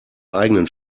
eigenen